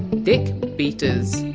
dick beaters!